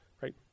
right